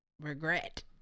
regret